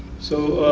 so